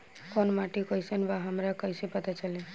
कोउन माटी कई सन बा हमरा कई से पता चली?